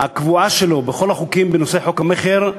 הקבועה שלו בכל החוקים בנושא חוק המכר.